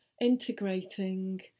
integrating